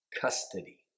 custody